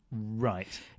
Right